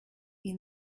ils